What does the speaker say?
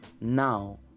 now